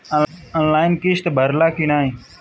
Online किस्त भराला कि ना?